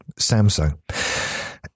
Samsung